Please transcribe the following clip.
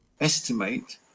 estimate